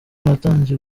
natangiye